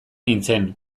nintzen